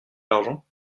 l’argent